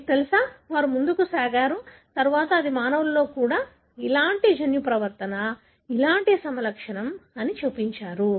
మీకు తెలుసా వారు ముందుకు సాగారు తర్వాత అది మానవులలో కూడా ఇలాంటి జన్యు పరివర్తన ఇలాంటి సమలక్షణం అని చూపించారు